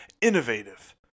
innovative